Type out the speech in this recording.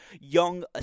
Young